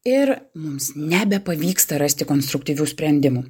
ir mums nebepavyksta rasti konstruktyvių sprendimų